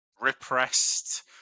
repressed